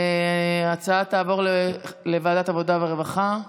ההצעה תעבור לוועדת העבודה והרווחה.